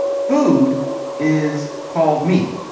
food is called meat.